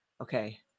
okay